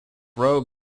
rough